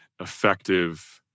effective